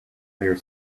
their